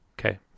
okay